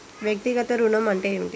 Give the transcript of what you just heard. వ్యక్తిగత ఋణం అంటే ఏమిటి?